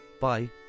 Bye